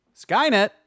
skynet